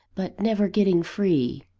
but never getting free.